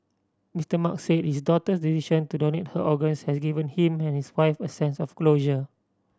Mister Mark say his daughter's decision to donate her organs has given him and his wife a sense of closure